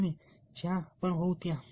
તમે જ્યાં પણ હોવ ત્યાં